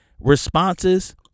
responses